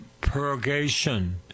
purgation